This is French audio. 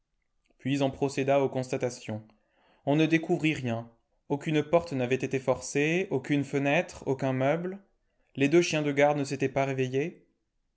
puis on procéda aux constatations on ne découvrit rien aucune porte n'avait été forcée aucune fenêtre aucun meuble les deux chiens de garde ne s'étaient pas réveillés